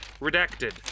Redacted